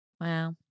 Wow